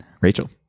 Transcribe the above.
Rachel